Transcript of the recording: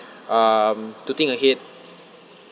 um to think ahead